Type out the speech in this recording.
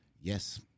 Yes